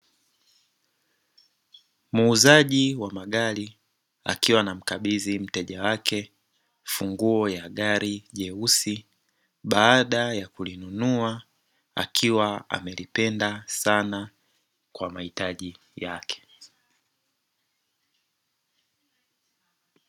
Muuzaji wa magari akiwa anamkabidhi mteja wake funguo ya gari jeusi baada ya kulinunua, akiwa amelipenda sana kwa mahitaji yake.